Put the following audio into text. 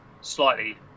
slightly